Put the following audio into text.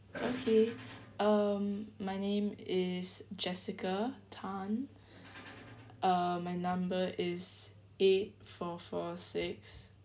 okay um my name is jessica tan uh my number is eight four four six